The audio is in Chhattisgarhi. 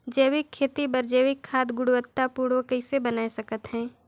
जैविक खेती बर जैविक खाद गुणवत्ता पूर्ण कइसे बनाय सकत हैं?